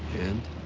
and?